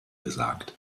gesagt